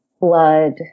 blood